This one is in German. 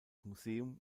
museum